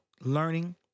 learning